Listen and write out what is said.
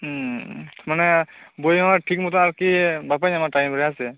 ᱦᱩᱸ ᱢᱟᱱᱮ ᱵᱳᱭ ᱦᱚᱸ ᱴᱷᱤᱠ ᱢᱚᱛᱚ ᱟᱨᱠᱤ ᱵᱟᱯᱮ ᱧᱟᱢᱟ ᱴᱟᱭᱤᱢ ᱨᱮ